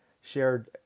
shared